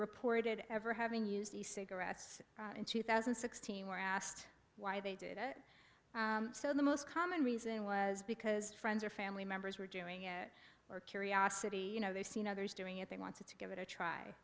reported ever having used the cigarettes in two thousand and sixteen when asked why they did it so the most common reason was because friends or family members were doing it or curiosity you know they've seen others doing it they wanted to give it a try